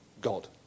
God